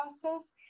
process